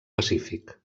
pacífic